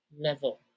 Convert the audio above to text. level